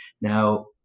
now